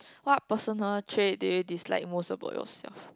what personal trait do you dislike most about yourself